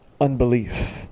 unbelief